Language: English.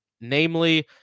namely